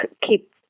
keep